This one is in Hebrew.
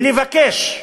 ולבקש,